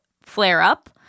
flare-up